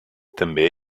també